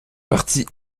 parti